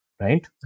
right